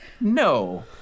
No